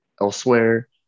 elsewhere